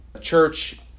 church